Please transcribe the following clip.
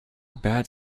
bad